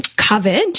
covered